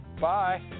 Bye